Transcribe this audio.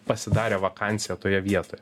pasidarė vakansiją toje vietoje